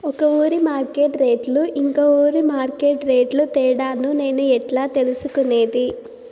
ఒక ఊరి మార్కెట్ రేట్లు ఇంకో ఊరి మార్కెట్ రేట్లు తేడాను నేను ఎట్లా తెలుసుకునేది?